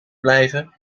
blijven